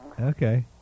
Okay